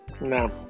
No